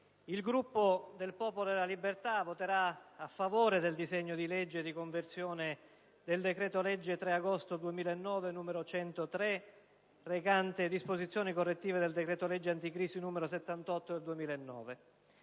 il Gruppo del Popolo della Libertà voterà a favore del disegno di legge di conversione del decreto-legge 3 agosto 2009, n. 103, recante disposizioni correttive del decreto-legge anticrisi n. 78 del 2009.